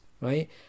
right